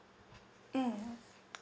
mm